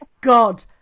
God